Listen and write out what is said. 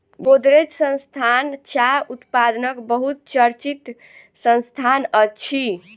गोदरेज संस्थान चाह उत्पादनक बहुत चर्चित संस्थान अछि